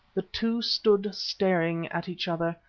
the two stood staring at each other,